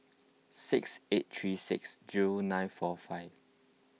six eight three six zero nine four five